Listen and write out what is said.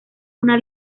una